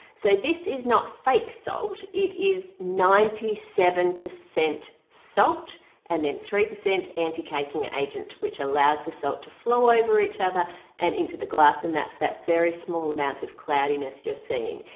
so this is not fake salt it is ninety seven percent salt and then three percent anti-caking agent which allows the salt to flow over each other and into the glass and that's that very small amount of cloudiness you're seeing.